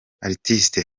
artist